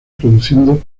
produciendo